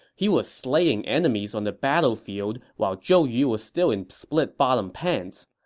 he was slaying enemies on the battlefield while zhou yu was still in split-bottom pants.